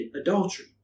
adultery